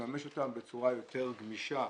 לממש אותם בצורה יותר גמישה,